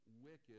wicked